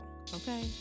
okay